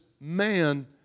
man